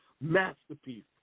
masterpiece